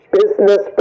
business